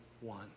One